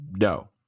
No